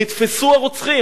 נתפסו הרוצחים.